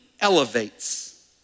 elevates